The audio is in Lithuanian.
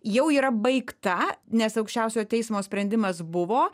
jau yra baigta nes aukščiausiojo teismo sprendimas buvo